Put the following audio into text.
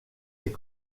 est